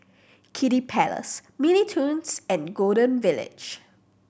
Kiddy Palace Mini Toons and Golden Village